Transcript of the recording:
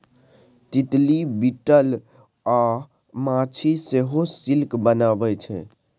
तितली, बिटल अ माछी सेहो सिल्क बनबै छै